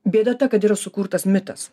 bėda ta kad yra sukurtas mitas